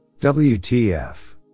WTF